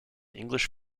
english